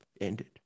ended